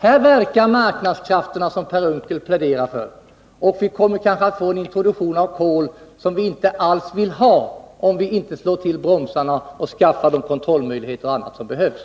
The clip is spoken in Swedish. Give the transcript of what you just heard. Här verkar marknadskrafterna, som Per Unckel pläderar för, och vi kommer kanske att få en introduktion av kol som vi inte alls vill ha, om vi inte slår till bromsarna och skaffar de kontrollmöjligheter och annat som behövs.